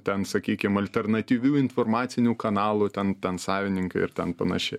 ten sakykim alternatyvių informacinių kanalų ten ten savininkai ir ten panašiai